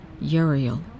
Uriel